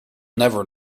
never